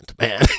man